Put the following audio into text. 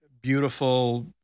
beautiful